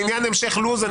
לעניין המשך הלו"ז,